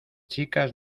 chicas